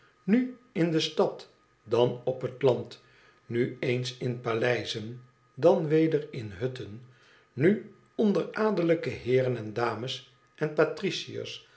nu in de stad dan op het land nu eens in paleizen dan weder in hutten nu onder adellijke heeren en dames en patriciërs